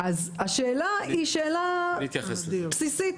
השאלה היא שאלה בסיסית,